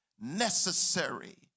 necessary